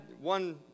one